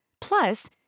Plus